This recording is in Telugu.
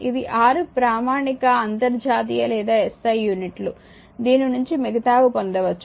ఇది 6 ప్రామాణిక అంతర్జాతీయ లేదా SI యూనిట్లు దీని నుంచి మిగతావి పొందవచ్చు